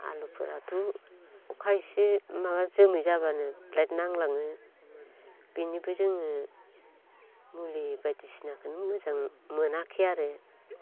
आलुफोराथ' अखा इसे माबा जोमै जाबानो ब्लेद नांलाङो बिनिबो जोङो मुलि बायदिसिनाखोनो मोजां मोनाखै आरो